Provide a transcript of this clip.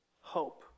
hope